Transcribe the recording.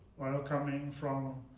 while coming from